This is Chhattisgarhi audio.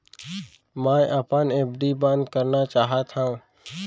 मै अपन एफ.डी बंद करना चाहात हव